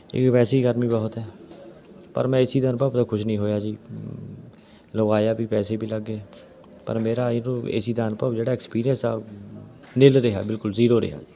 ਇੱਕ ਵੈਸੇ ਹੀ ਗਰਮੀ ਬਹੁਤ ਹੈ ਪਰ ਮੈਂ ਏ ਸੀ ਦਾ ਅਨੁਭਵ ਦਾ ਖੁਸ਼ ਨਹੀਂ ਹੋਇਆ ਜੀ ਲਵਾਇਆ ਵੀ ਪੈਸੇ ਵੀ ਲੱਗ ਗਏ ਪਰ ਮੇਰਾ ਇਹ ਜੋ ਏ ਸੀ ਦਾ ਅਨੁਭਵ ਜਿਹੜਾ ਐਕਸਪੀਰੀਅਸ ਆ ਨਿੱਲ ਰਿਹਾ ਬਿਲਕੁਲ ਜ਼ੀਰੋ ਰਿਹਾ